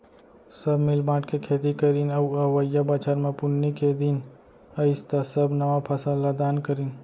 सब मिल बांट के खेती करीन अउ अवइया बछर म पुन्नी के दिन अइस त सब नवा फसल ल दान करिन